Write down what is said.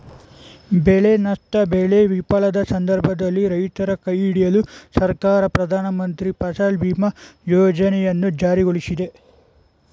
ಬೆಳೆ ನಷ್ಟ ಬೆಳೆ ವಿಫಲದ ಸಂದರ್ಭದಲ್ಲಿ ರೈತರ ಕೈಹಿಡಿಯಲು ಸರ್ಕಾರ ಪ್ರಧಾನಮಂತ್ರಿ ಫಸಲ್ ಬಿಮಾ ಯೋಜನೆಯನ್ನು ಜಾರಿಗೊಳಿಸಿದೆ